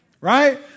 Right